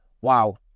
wow